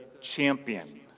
champion